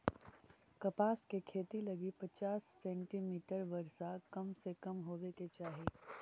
कपास के खेती लगी पचास सेंटीमीटर वर्षा कम से कम होवे के चाही